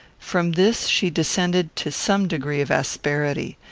from this she descended to some degree of asperity.